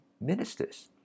ministers